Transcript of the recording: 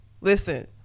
listen